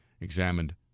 examined